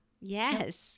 Yes